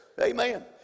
Amen